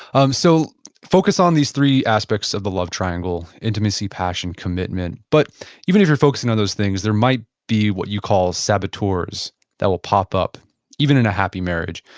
um so focus on these three aspects of the love triangle, intimacy, passion, commitment but even if you're focusing on those things, there might be what you call saboteurs that will pop up even in a happy marriage.